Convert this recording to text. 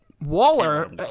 Waller